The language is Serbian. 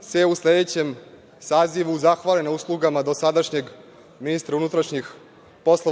se u sledećem sazivu zahvali na uslugama dosadašnjeg ministra MUP,